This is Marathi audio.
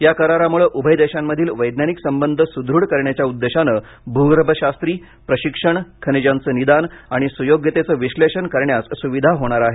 या करारामुळे उभय देशांमधील वैज्ञानिक संबंध सुदृढ करण्याच्या उद्देशाने भूगर्भशास्त्री प्रशिक्षण खनिजांचे निदान आणि सुयोग्यतेचे विश्लेषण करण्यास सुविधा होणार आहे